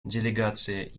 делегация